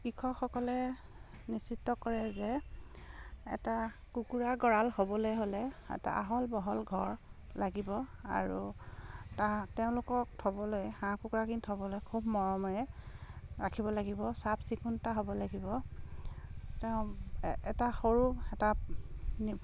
কৃষকসকলে নিশ্চিত কৰে যে এটা কুকুৰা গঁৰাল হ'বলে হ'লে এটা আহল বহল ঘৰ লাগিব আৰু তেওঁলোকক থ'বলৈ হাঁহ কুকুৰাক খিনি থ'বলৈ খুব মৰমেৰে ৰাখিব লাগিব চাফ চিকুণতা হ'ব লাগিব তেওঁ এটা সৰু এটা